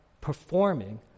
performing